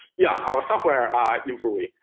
yeah, our software improving.